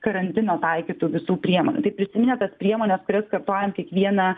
karantino taikytų visų priemonių tai prisiminę tas priemones kurias kartojam kiekvieną